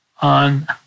on